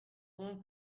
اون